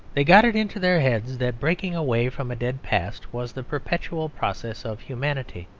they got it into their heads that breaking away from a dead past was the perpetual process of humanity.